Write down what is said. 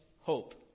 hope